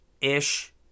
ish